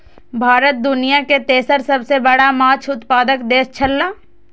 भारत दुनिया के तेसर सबसे बड़ा माछ उत्पादक देश छला